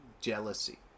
jealousy